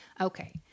Okay